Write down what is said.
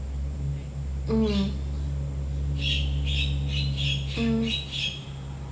mm mm